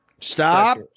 Stop